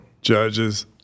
Judges